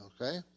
Okay